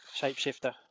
shapeshifter